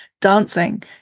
dancing